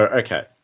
okay